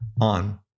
on